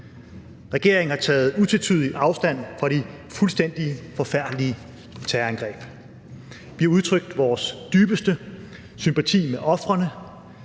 Regeringen har taget utvetydig afstand fra de fuldstændig forfærdelige terrorangreb. Vi har udtrykt vores dybeste sympati med ofrene,